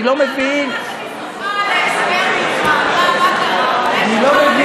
אני לא מבין, מה, מה קרה שאני צריכה הסבר ממך?